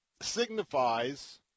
signifies